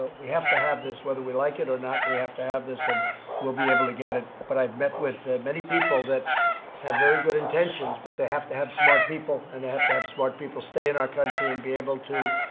we have to have this. whether we like it or not, we have to have this. and we'll be able to get it. but i've met with many people that have very good intentions, but have to have smart people and they have to have smart people stay in our country and be able to